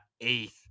eighth